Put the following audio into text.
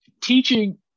teaching